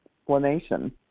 explanation